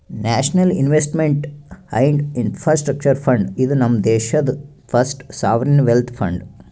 national investment and infrastructure fund, ಇದು ನಮ್ ದೇಶಾದು ಫಸ್ಟ್ ಸಾವರಿನ್ ವೆಲ್ತ್ ಫಂಡ್